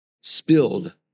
spilled